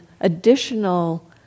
additional